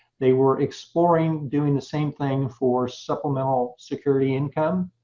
they were exploring doing the same thing for supplemental security income.